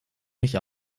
mich